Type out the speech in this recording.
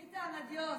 ביטן, אדיוס.